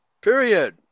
period